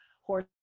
horse